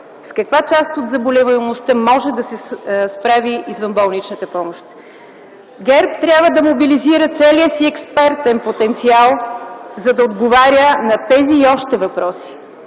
„С каква част от заболеваемостта може да се справи извънболничната помощ?”. ГЕРБ трябва да мобилизира целия си експертен потенциал, за да отговаря на тези и още въпроси,